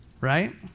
Right